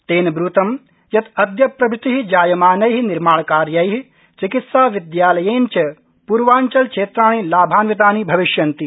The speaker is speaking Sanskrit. तेन ब्रतं यत् अदय प्रभृति जायमानै निर्माणकार्यै चिकित्सा विदयालयेन च पूर्वाचलक्षेत्राणि लाभान्वितानि भविष्यन्ति